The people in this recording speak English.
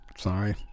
Sorry